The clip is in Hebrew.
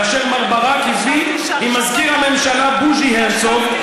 כאשר מר ברק הביא עם מזכיר הממשלה בוז'י הרצוג,